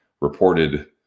reported